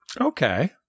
Okay